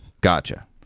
gotcha